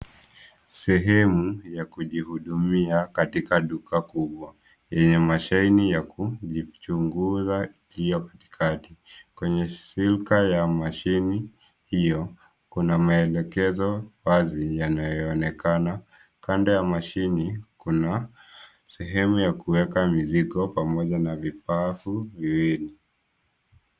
Sehemu ya kujihudumia katika duka kubwa yenye mashaini ya kujichungura iliyo katikati kwenye silka ya mashine hiyo. Kuna maelekezo wazi yanayoonekana. Kando ya mashine, kuna sehemu ya kueka mizigo pamoja na vifaafu viwili.